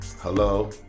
Hello